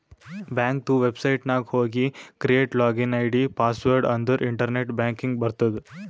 ಬ್ಯಾಂಕದು ವೆಬ್ಸೈಟ್ ನಾಗ್ ಹೋಗಿ ಕ್ರಿಯೇಟ್ ಲಾಗಿನ್ ಐ.ಡಿ, ಪಾಸ್ವರ್ಡ್ ಅಂದುರ್ ಇಂಟರ್ನೆಟ್ ಬ್ಯಾಂಕಿಂಗ್ ಬರ್ತುದ್